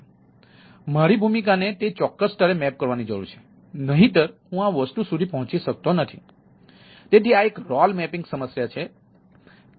તેથી મારી ભૂમિકાને તે ચોક્કસ સ્તરે મેપમાં પણ છે